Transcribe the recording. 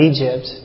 Egypt